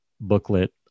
booklet